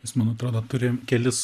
jis man atrodo turi kelis